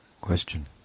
Question